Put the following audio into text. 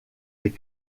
des